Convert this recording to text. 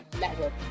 Network